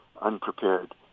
unprepared